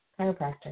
chiropractor